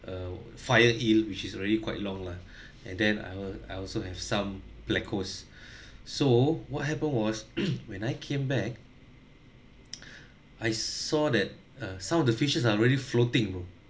uh fire eel which is already quite long lah and then I will I also have some so what happened was when I came back I saw that uh some of the fishes are already floating bro